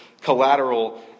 collateral